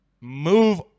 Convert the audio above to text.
Move